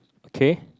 okay